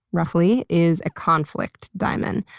roughly, is a conflict diamond.